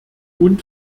und